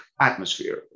atmosphere